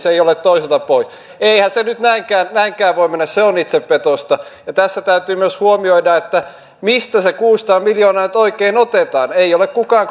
ei ole toiselta pois eihän se nyt näinkään näinkään voi mennä se on itsepetosta ja tässä täytyy myös huomioida mistä kuusisataa miljoonaa nyt oikein otetaan ei ole kukaan